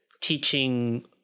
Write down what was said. teaching